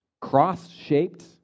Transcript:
Cross-shaped